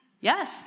yes